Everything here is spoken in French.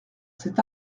cet